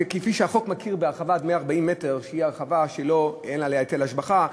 כפי שהחוק מכיר בהרחבה עד 140 מטר שהיא הרחבה שאין עליה היטל השבחה,